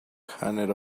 handed